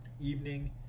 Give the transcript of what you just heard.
Evening